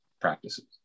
practices